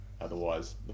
otherwise